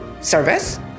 service